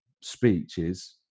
speeches